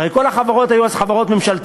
הרי כל החברות היו אז חברות ממשלתיות,